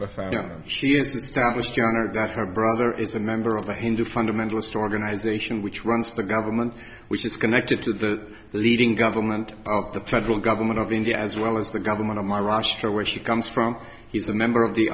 or that her brother is a member of the hindu fundamentalist organization which runs the government which is connected to the leading government of the federal government of india as well as the government of my russia where she comes from he's a member of the